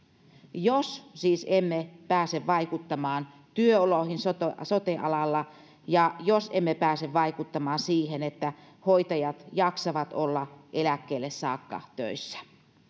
jos siis emme pääse vaikuttamaan työoloihin sote sote alalla ja jos emme pääse vaikuttamaan siihen että hoitajat jaksavat olla eläkkeelle saakka töissä